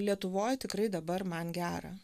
lietuvoj tikrai dabar man gera